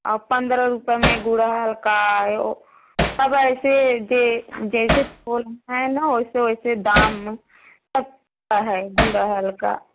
और पंद्रह रुपये में गुलहड़ का है सब ऐसे दे जैसे फूल है ना वैसे वैसे दाम सबका है गुलहड़ का